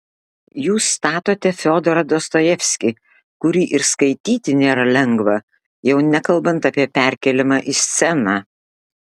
jūs statote fiodorą dostojevskį kurį ir skaityti nėra lengva jau nekalbant apie perkėlimą į sceną